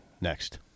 next